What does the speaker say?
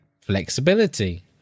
flexibility